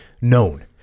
known